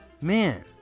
man